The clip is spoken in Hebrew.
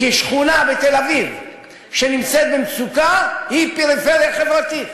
כי שכונה בתל-אביב שנמצאת במצוקה היא פריפריה חברתית.